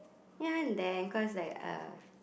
ya there cause like uh